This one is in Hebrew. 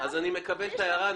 אני מקבל את ההערה.